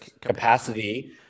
capacity